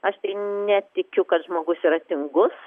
aš netikiu kad žmogus yra tingus